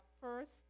first